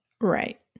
Right